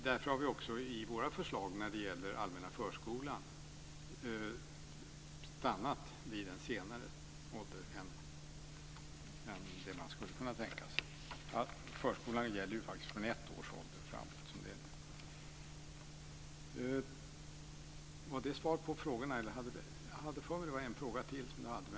Därför har vi också i våra förslag om den allmänna förskolan stannat vid en högre ålder än vad man skulle kunna tänka sig. Förskolan gäller ju faktiskt från ett års ålder och framåt som det är nu.